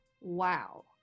wow